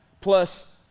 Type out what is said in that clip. plus